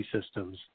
systems